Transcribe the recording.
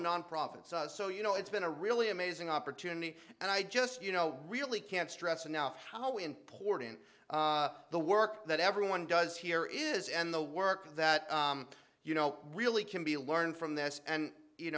nonprofits so you know it's been a really amazing opportunity and i just you know really can't stress enough how important the work that everyone does here is and the work that you know really can be learned from this and you